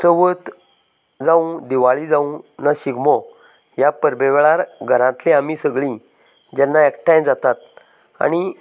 चवथ जावं दिवाळी जावं ना शिगमो ह्या परबे वेळार घरांतली आमी सगळीं जेन्ना सगळीं एकठांय जातात आनी